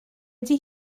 ydy